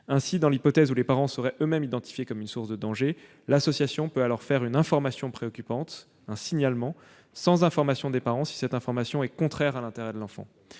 Ainsi, dans l'hypothèse où les parents seraient eux-mêmes identifiés comme une source de danger, l'association peut alors transmettre une information préoccupante ou effectuer un signalement sans information des parents si cette information est contraire à l'intérêt de l'enfant.